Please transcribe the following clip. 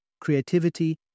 creativity